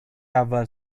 اول